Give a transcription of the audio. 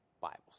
Bibles